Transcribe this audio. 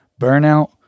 Burnout